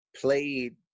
played